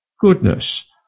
goodness